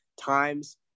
times